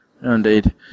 Indeed